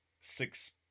six